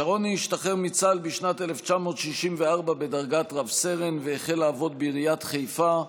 שרוני השתחרר מצה"ל בשנת 1964 בדרגת רב-סרן והחל לעבוד בעיריית חיפה,